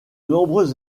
nombreuses